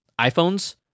iPhones